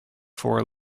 four